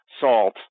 salt